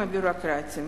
ביורוקרטיים.